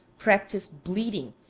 practised bleeding,